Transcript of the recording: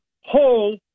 whole